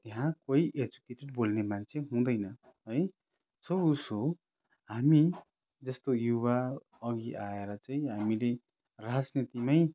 त्यहाँ कोही एजुकेटेड बोल्ने मान्छे हुँदैन है सो उसो हामी जस्तो युवा अघि आएर चाहिँ हामीले राजनीतिमै